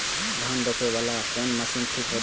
धान रोपे वाला कोन मशीन ठीक होते?